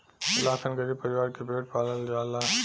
लाखन गरीब परीवार के पेट पालल जाला